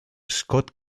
scott